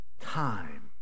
time